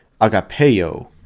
agapeo